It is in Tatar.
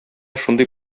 шундый